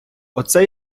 оце